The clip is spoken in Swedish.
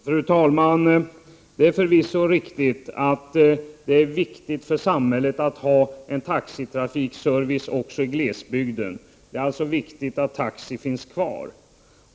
Fru talman! Det är förvisso riktigt att det är viktigt för samhället att ha en taxitrafikservice också i glesbygden. Det är alltså viktigt att taxi finns kvar.